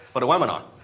but webinar.